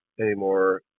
anymore